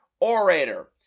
orator